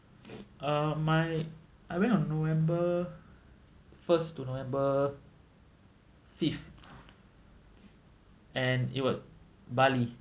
uh my I went on november first to november fifth and it was bali